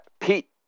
Pete